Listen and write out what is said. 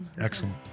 Excellent